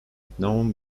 known